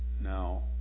Now